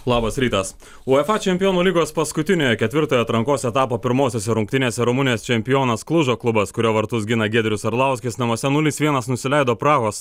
labas rytas uefa čempionų lygos paskutiniojo ketvirtojo atrankos etapo pirmosiose rungtynėse rumunijos čempionas kluzo klubas kurio vartus gina giedrius arlauskis namuose nulis vienas nusileido prahos